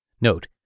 Note